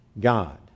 God